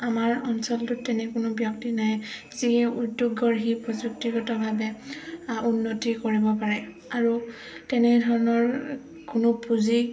আমাৰ অঞ্চলটোত তেনে কোনো ব্যক্তি নাই যিয়ে উদ্যোগ গঢ়ি প্ৰযুক্তিগতভাৱে উন্নতি কৰিব পাৰে আৰু তেনেধৰণৰ কোনো পুঁজি